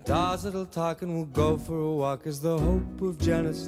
tazaviltakimu gofuokis daupudžeras